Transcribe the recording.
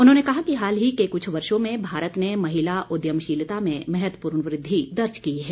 उन्होंने कहा कि हाल के कुछ वर्षों में भारत में महिला उद्यमशीलता में महत्वपूर्ण वृद्धि दर्ज की है